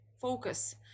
focus